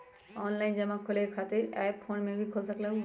Online खाता खोले के मोबाइल ऐप फोन में भी खोल सकलहु ह?